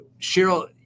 Cheryl